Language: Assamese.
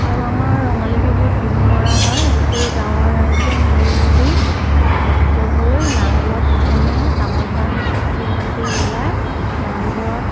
আৰু আমাৰ ৰঙালী বিহুত বিহু মৰা হয় গোটেই গাঁৱৰ ৰাইজে মিলি জুলি একত্ৰিত হৈ নামঘৰত প্ৰথমে তামোল পাণ চাকি বন্তি জ্বলাই নামঘৰত